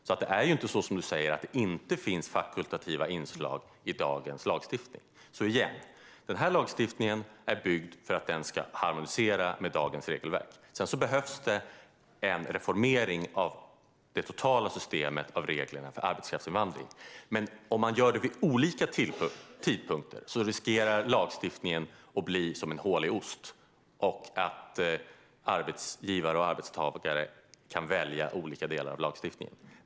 Det är alltså inte så som du säger att det inte finns fakultativa inslag i dagens lagstiftning. Den här lagstiftningen är byggd för att den ska harmonisera med dagens regelverk. Sedan behövs en reformering av det totala systemet för reglerna för arbetskraftsinvandring. Men om man gör det vid olika tidpunkter riskerar vi att lagstiftningen blir som en hålig ost och att arbetsgivare och arbetstagare kan välja olika delar av lagstiftningen.